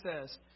says